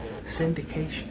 syndication